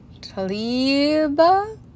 Taliba